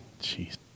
Jeez